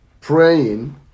praying